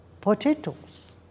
potatoes